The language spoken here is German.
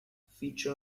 feature